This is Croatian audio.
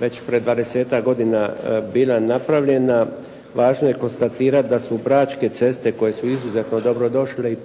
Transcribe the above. već prije 20-tak godina bila napravljena. Važno je konstatirati da su bračke ceste koje su izuzetno dobro došle i